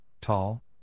tall